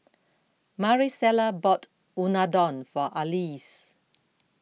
Marisela bought Unadon for Alease